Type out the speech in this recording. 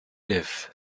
live